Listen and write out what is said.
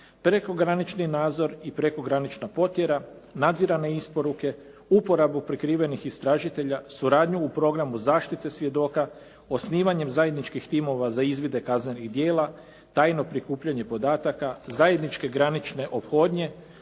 prekogranični nadzor i prekogranična potjera, nadzirane isporuke, uporabu prikrivenih istražitelja, suradnju u programu zaštite svjedoka, osnivanjem zajedničkih timova za izvide kaznenih djela, tajno prikupljanje podataka, zajedničke granične ophodnje,